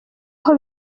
aho